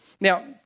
Now